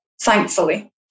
thankfully